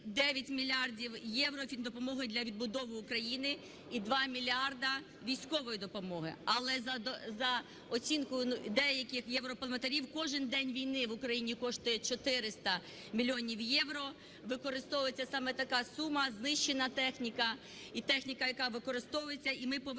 9 мільярдів євро фіндопомоги для відбудови України і 2 мільярди військової допомоги. Але за оцінкою деяких європарламентарів кожен день війни в Україні коштує 400 мільйонів євро (використовується саме така сума), знищена техніка і техніка, яка використовується,